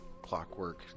clockwork